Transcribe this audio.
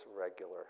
regular